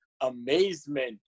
amazement